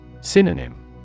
Synonym